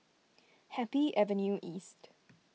Happy Avenue East